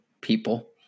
people